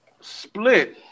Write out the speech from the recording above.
Split